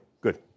Good